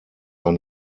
ein